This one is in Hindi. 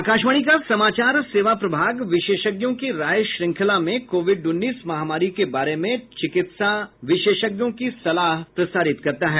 आकाशवाणी का समाचार सेवा प्रभाग विशेषज्ञों की राय श्रृंखला में कोविड उन्नीस महामारी के बारे में चिकित्सा विशेषज्ञों की सलाह प्रसारित करता है